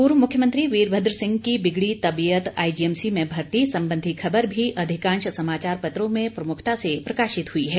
पूर्व मुख्यमंत्री वीरभद्र की बिगड़ी तबीयत आईजीएमसी में भर्ती संबंधी ख़बर भी अधिकांश समाचार पत्रों में प्रमुखता से प्रकाशित हुई है